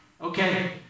Okay